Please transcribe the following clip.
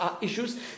issues